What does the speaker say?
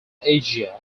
asia